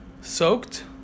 soaked